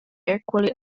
equally